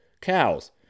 cows